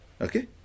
Okay